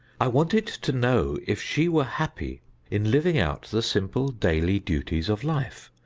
i wanted to know if she were happy in living out the simple daily duties of life.